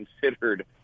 considered